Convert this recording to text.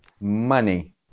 money